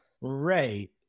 Right